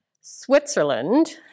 Switzerland